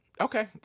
Okay